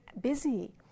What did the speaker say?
busy